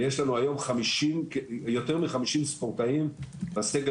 ויש לנו היום יותר מ-50 ספורטאים בסגל